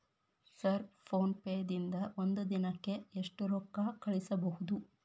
Sir PhonePe ದಿಂದ ಒಂದು ದಿನಕ್ಕೆ ಎಷ್ಟು ರೊಕ್ಕಾ ಕಳಿಸಬಹುದು?